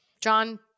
John